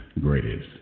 greatest